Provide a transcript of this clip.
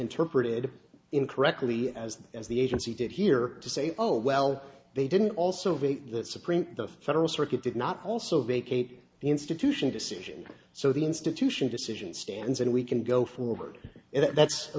interpreted incorrectly as as the agency did here to say oh well they didn't also vague the supreme the federal circuit did not also vacate the institution decision so the institution decision stands and we can go forward and that's a